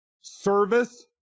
Service